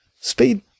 speed